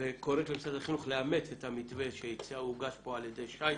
וקוראת למשרד החינוך לאמץ את המתווה שהוגש פה על ידי שי.